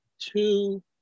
two